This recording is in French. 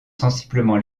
sensiblement